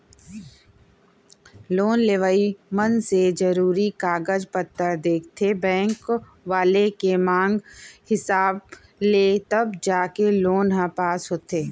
loan लेवइया मनसे जरुरी कागज पतर देथे बेंक वाले के मांग हिसाब ले तब जाके लोन ह पास होथे